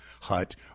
hut